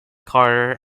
carter